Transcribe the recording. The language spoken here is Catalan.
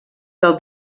del